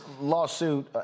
lawsuit